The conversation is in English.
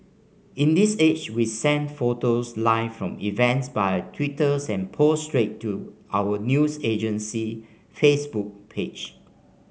in this age we send photos live from events via Twitters and post straight to our news agency Facebook page